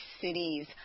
cities